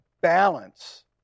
balance